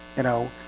you know